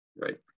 Right